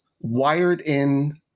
wired-in